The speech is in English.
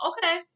Okay